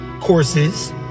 courses